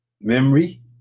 memory